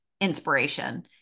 inspiration